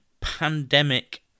pandemic